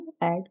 add